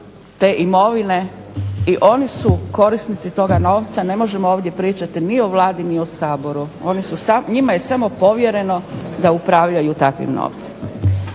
te imovine i oni su korisnici toga novca. Ne možemo ovdje pričati ni o Vladi ni o Saboru, njima je samo povjereno da upravljaju takvim novcem.